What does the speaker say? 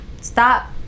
Stop